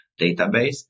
database